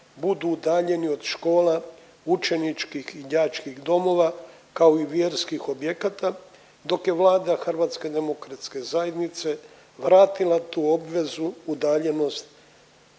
budu udaljeni od škola učeničkih i đačkih domova kao i vjerskih objekata, dok je Vlada Hrvatske demokratske zajednice vratila tu obvezu udaljenost